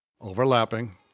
overlapping